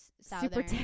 southern